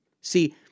See